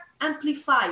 amplify